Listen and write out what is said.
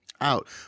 out